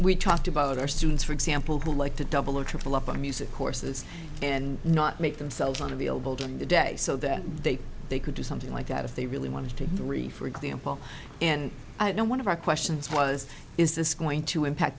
we talked about our students for example who like to double or triple up on music courses and not make themselves unavailable during the day so that they they could do something like that if they really want to take three for example and one of our questions was is this going to impact